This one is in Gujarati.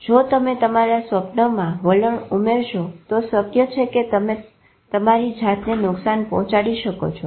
જો તમે તમારા સ્વપ્નામાં વલણ ઉમેરશો તો શક્ય છે કે તમે તમારી જાતને નુકશાન પહોચાડી શકો છો